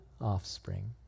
offspring